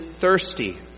thirsty